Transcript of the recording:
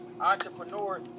entrepreneur